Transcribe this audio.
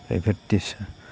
private টিউশ্যনত